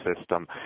system